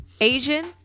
Asian